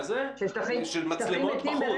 של מצלמות בחוץ.